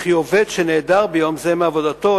וכי עובד שנעדר ביום זה מעבודתו,